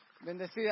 Bendecida